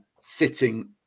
sitting